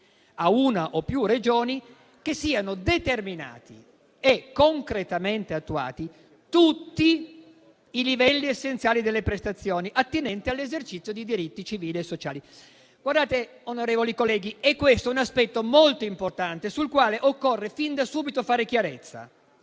a una o più Regioni, occorre che siano determinati e concretamente attuati tutti i livelli essenziali delle prestazioni attinenti all'esercizio dei diritti civili e sociali. Colleghi, questo è un aspetto fondamentale molto importante, sul quale occorre da subito fare chiarezza.